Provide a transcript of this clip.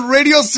Radio